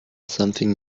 something